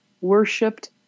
worshipped